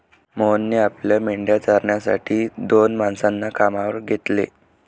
मोहनने आपल्या मेंढ्या चारण्यासाठी दोन माणसांना कामावर घेतले